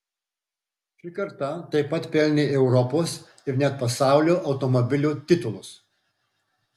ši karta taip pat pelnė europos ir net pasaulio automobilio titulus